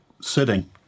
sitting